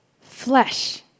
flesh